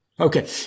Okay